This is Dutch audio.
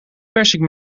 persing